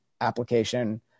application